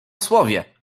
słowie